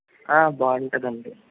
ఆ బాగుంటుంది అండి